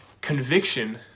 conviction